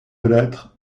lettre